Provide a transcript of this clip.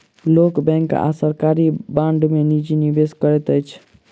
लोक बैंक आ सरकारी बांड में निजी निवेश करैत अछि